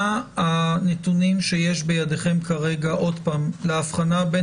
מה הנתונים שיש בידכם כרגע להבחנה בין